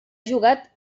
jugat